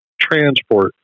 transport